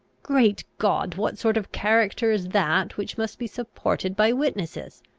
great god! what sort of character is that which must be supported by witnesses?